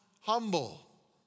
humble